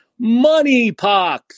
Moneypox